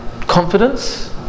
confidence